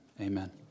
amen